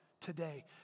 today